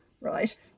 right